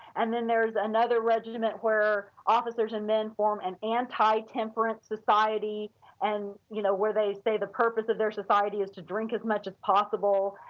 and then there is another regiment where officers and men form an anti-temperance society and you know where they say the purpose of the society is to drink as much as possible.